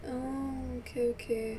orh okay okay